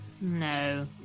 No